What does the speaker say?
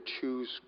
choose